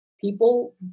people